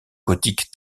gothique